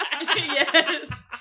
Yes